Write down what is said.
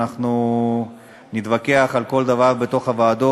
אנחנו נתווכח על כל דבר בוועדות,